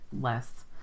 less